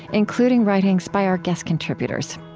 including writings by our guest contributors.